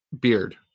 Beard